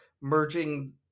merging